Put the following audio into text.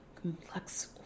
complex